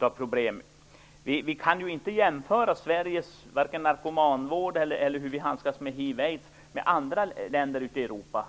av problem. Vi kan inte jämföra Sveriges narkomanvård eller hur vi handskas med hiv och aids och andra länder i Europa.